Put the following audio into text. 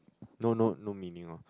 no no no meaning orh